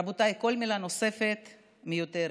רבותיי, כל מילה נוספת מיותרת.